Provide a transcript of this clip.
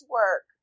work